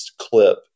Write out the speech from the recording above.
Clip